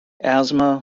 asthma